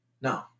No